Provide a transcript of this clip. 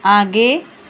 आगे